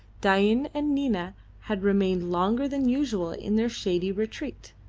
dain and nina had remained longer than usual in their shady retreat.